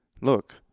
look